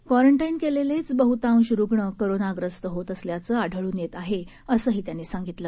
quarantine केलेलेच बहुतांश रुग्ण कोरोनाग्रस्त होत असल्याचं आढळून येत असल्याचंही त्यांनी सांगितलं